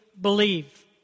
believe